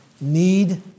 need